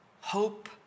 hope